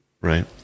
right